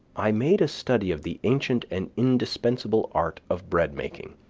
i made a study of the ancient and indispensable art of bread-making,